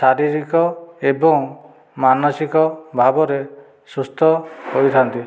ଶାରୀରିକ ଏବଂ ମାନସିକ ଭାବରେ ସୁସ୍ଥ ହୋଇଥାନ୍ତି